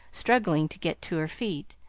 struggling to get to her feet,